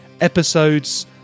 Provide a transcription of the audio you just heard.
episodes